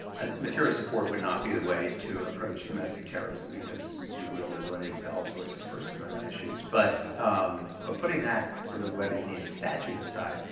and material support would not be the way to approach domestic terrorism because you really run into all sorts of first amendment issues, but um but putting that sort of whether you need a statute aside,